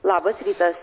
labas rytas